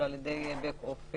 אלא על ידי בק אופיס.